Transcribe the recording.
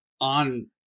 on